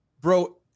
Bro